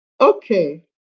Okay